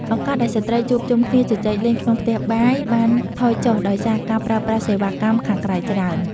ឱកាសដែលស្ត្រីជួបជុំគ្នាជជែកលេងក្នុងផ្ទះបាយបានថយចុះដោយសារការប្រើប្រាស់សេវាកម្មខាងក្រៅច្រើន។